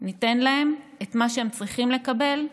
ניתן להם את מה שהם צריכים לקבל היום.